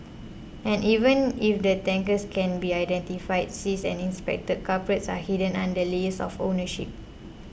and even if the tankers can be identified seized and inspected culprits are hidden under layers of ownership